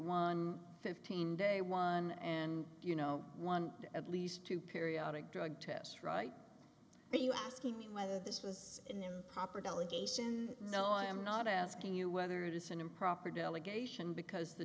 one fifteen day one and you know one at least two periodic drug tests right but you asking me whether this was in improper delegation no i am not asking you whether it is an improper delegation because the